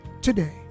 today